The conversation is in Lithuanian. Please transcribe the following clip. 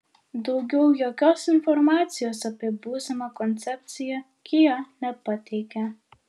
daugiau jokios informacijos apie būsimą koncepciją kia nepateikia